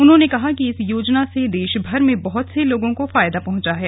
उन्होंने कहा कि इस योजना से देशभर में बहत से लोगों को फायदा पहुंचा है